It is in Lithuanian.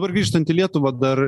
dabar grįžtant į lietuvą dar